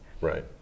Right